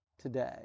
today